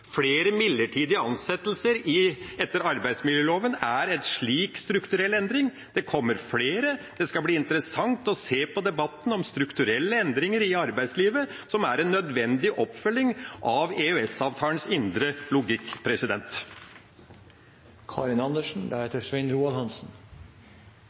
Flere midlertidige ansettelser etter arbeidsmiljøloven er en slik strukturell endring. Det kommer flere. Det skal bli interessant å se på debatten om strukturelle endringer i arbeidslivet, som er en nødvendig oppfølging av EØS-avtalens indre logikk.